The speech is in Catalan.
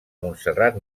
montserrat